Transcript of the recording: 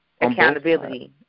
Accountability